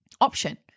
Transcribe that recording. option